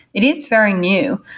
it is very new.